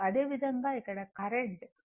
అదేవిధంగా ఇక్కడ current Im sin ω t 90 o